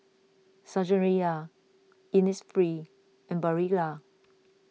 Saizeriya Innisfree and Barilla